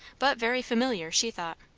but very familiar, she thought.